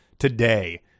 today